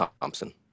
thompson